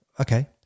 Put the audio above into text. okay